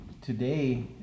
Today